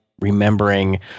remembering